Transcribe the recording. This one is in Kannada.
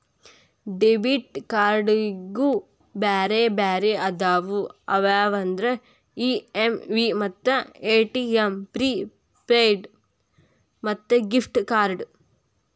ಡೆಬಿಟ್ ಕ್ಯಾರ್ಡ್ನ್ಯಾಗು ಬ್ಯಾರೆ ಬ್ಯಾರೆ ಅದಾವ ಅವ್ಯಾವಂದ್ರ ಇ.ಎಮ್.ವಿ ಮತ್ತ ಎ.ಟಿ.ಎಂ ಪ್ರಿಪೇಯ್ಡ್ ಮತ್ತ ಗಿಫ್ಟ್ ಕಾರ್ಡ್ಸ್